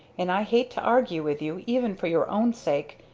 and i hate to argue with you even for your own sake,